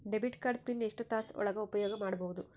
Debit card pin ಎಷ್ಟ ತಾಸ ಒಳಗ ಉಪಯೋಗ ಮಾಡ್ಬಹುದು?